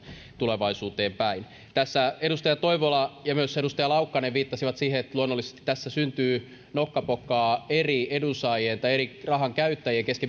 tulevaisuuteen päin tässä edustaja toivola ja myös edustaja laukkanen viittasivat siihen että luonnollisesti tässä syntyy nokkapokkaa eri edunsaajien tai eri rahankäyttäjien kesken